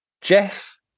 Jeff